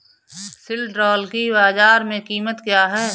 सिल्ड्राल की बाजार में कीमत क्या है?